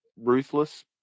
ruthless